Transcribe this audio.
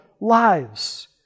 lives